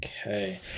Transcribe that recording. Okay